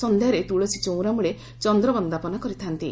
ସନ୍ଧ୍ୟାରେ ତୁଳସୀ ଚଉରାମ୍ଟଳେ ଚନ୍ଦ୍ର ବନ୍ଦାପନା କରିଥାନ୍ତି